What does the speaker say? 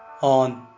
on